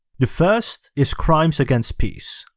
the first is crimes against peace.